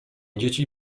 dzieci